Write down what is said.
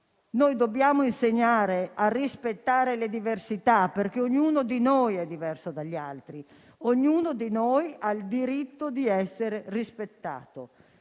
Noi dobbiamo insegnare a rispettare le diversità, perché ognuno di noi è diverso dagli altri. Ognuno di noi ha il diritto di essere rispettato.